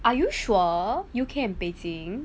are you sure you U_K and beijing